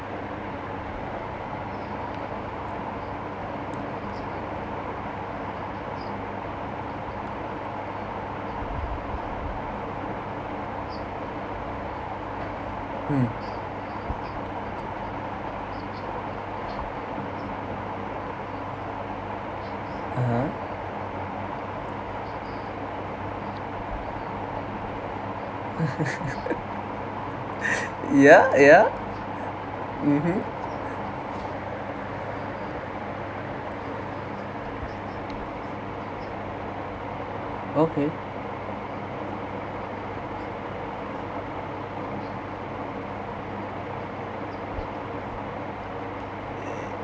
mm (uh huh) yeah yeah mmhmm okay